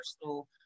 personal